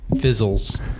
fizzles